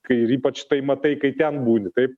kai ir ypač tai matai kai ten būni taip